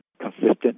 consistent